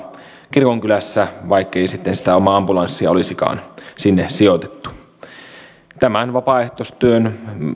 kirkonkylässä vaikkei sitten sitä omaa ambulanssia olisikaan sinne sijoitettu vapaaehtoistyön